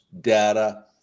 data